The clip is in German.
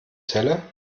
celle